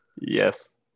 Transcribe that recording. Yes